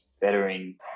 bettering